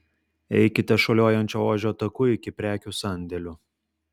eikite šuoliuojančio ožio taku iki prekių sandėlių